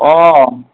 অঁ